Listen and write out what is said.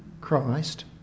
Christ